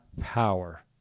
power